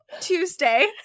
Tuesday